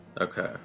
Okay